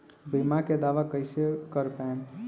बीमा के दावा कईसे कर पाएम?